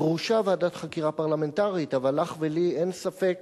דרושה ועדת חקירה פרלמנטרית, אבל לך ולי אין ספק